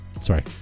Sorry